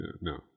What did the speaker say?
no